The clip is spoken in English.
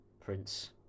prince